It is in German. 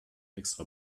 extra